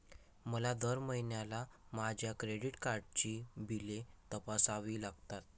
मला दर महिन्याला माझ्या क्रेडिट कार्डची बिले तपासावी लागतात